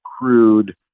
crude